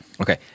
Okay